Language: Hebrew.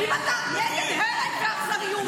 אם אתה נגד הרג ואכזריות,